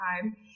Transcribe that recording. time